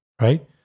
right